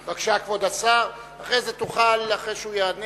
בבקשה, כבוד השר, ואחרי זה תוכל, אחרי שהוא יענה,